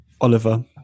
Oliver